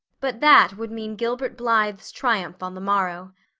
but that would mean gilbert blythe's triumph on the morrow.